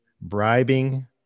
bribing